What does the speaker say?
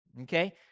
Okay